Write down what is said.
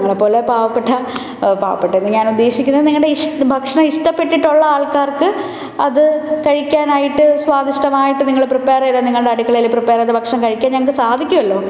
ഞങ്ങളെ പോലെ പാവപ്പെട്ട പാവപ്പെട്ടാന്ന് ഞാൻ ഉദ്ദേശിക്കുന്നത് നിങ്ങളുടെ ഭക്ഷണം ഇഷ്ട്ടപ്പെട്ടിട്ടുള്ള ആൾക്കാർക്ക് അത് കഴിക്കാനായിട്ട് സ്വാദിഷ്ടമായിട്ട് നിങ്ങൾ പ്രിപ്പയറെയ്ത നിങ്ങളുടെ അടുക്കളയില് പ്രിപ്പയറെയ്ത ഭക്ഷണം കഴിക്കാൻ ഞങ്ങള്ക്ക് സാധിക്കുമല്ലോ